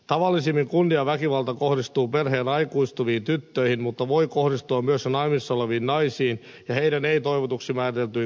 tavallisimmin kunniaväkivalta kohdistuu perheen aikuistuviin tyttöihin mutta voi kohdistua myös naimisissa oleviin naisiin ja heidän ei toivotuiksi määriteltyihin kumppaneihinsa